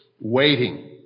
Waiting